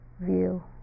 View